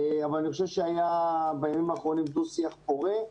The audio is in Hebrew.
אבל אני חושב שהיה בימים האחרונים דו שיח פורה.